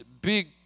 big